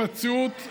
המציאות,